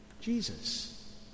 Jesus